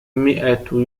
مئة